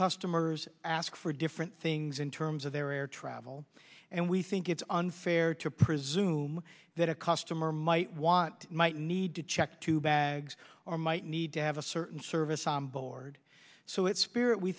customers ask for different things in terms of their air travel and we think it's unfair to presume that a customer might want might need to check two bags or might need to have a certain service on board so it's spirit we